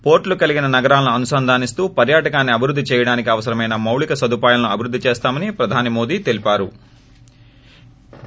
port లు కలిగిన నగరాలను అనుసంధానిస్తూ పర్యాటకాన్ని అభివృద్ది చేయడానికి అవసరమైన మౌలిక సదుపాయలు అభివృద్ధి చేస్తామని ప్రధాని మోదీ తెలిపారు